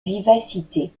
vivacité